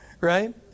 right